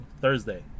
Thursday